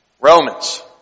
Romans